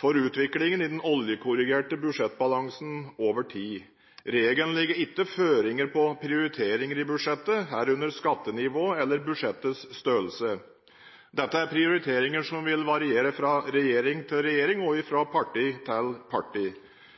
for utviklingen i den oljekorrigerte budsjettbalansen over tid. Regelen legger ikke føringer på prioriteringer i budsjettet, herunder skattenivå eller budsjettets størrelse. Dette er prioriteringer som vil variere fra regjering til regjering og